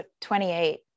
28